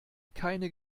keine